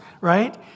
right